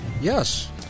Yes